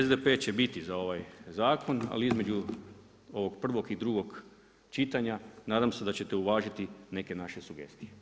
SDP će biti za ovaj zakon, ali između ovog prvog i drugog čitanja, nadam se da ćete uvažiti neke naše sugestije.